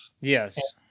Yes